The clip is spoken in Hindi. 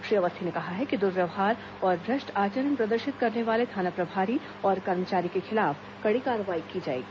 श्री अवस्थी ने कहा है कि दुर्व्यवहार और भ्रष्ट आचरण प्रदर्शित करने वाले थाना प्रभारी और कर्मचारी के खिलाफ कड़ी कार्रवाई की जाएगी